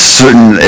certain